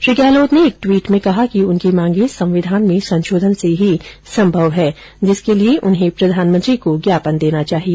श्री गहलोत ने एक टवीट में कहा कि उनकी मांगे संविधान में संशोधन से ही संभव है जिसके लिये उन्हें प्रधानमंत्री को ज्ञापन देना चाहिए